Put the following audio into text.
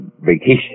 vacation